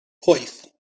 pwyth